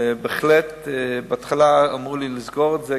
ובהחלט, בהתחלה אמרו לי לסגור את זה.